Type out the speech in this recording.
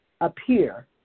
appear